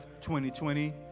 2020